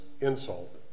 insult